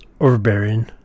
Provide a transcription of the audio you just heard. overbearing